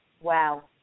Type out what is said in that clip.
Wow